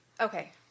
Okay